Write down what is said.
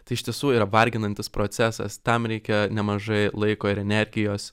tai iš tiesų yra varginantis procesas tam reikia nemažai laiko ir energijos